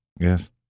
yes